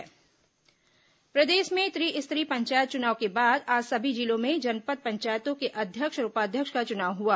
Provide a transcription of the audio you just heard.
जनपद अध्यक्ष उपाध्यक्ष निर्वाचन प्रदेश में त्रिस्तरीय पंचायत चुनाव के बाद आज सभी जिलों में जनपद पंचायतों के अध्यक्ष और उपाध्यक्ष का चुनाव हुआ